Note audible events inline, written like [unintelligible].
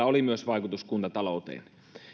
[unintelligible] oli myös vaikutus kuntatalouteen